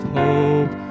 hope